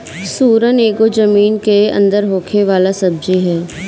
सुरन एगो जमीन के अंदर होखे वाला सब्जी हअ